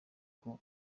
ako